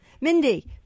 mindy